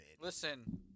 Listen